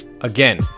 Again